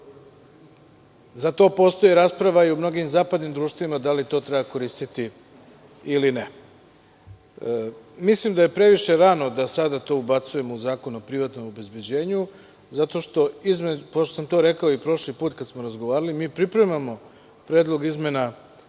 Za to postoji rasprava i u mnogim zapadnim društvima, da li to treba koristiti ili ne. Mislim da je previše rano da to ubacujemo u Zakon o privatnom obezbeđenju, zato što, pošto sam to rekao i prošli put kada smo razgovarali, mi pripremamo predlog izmena